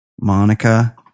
Monica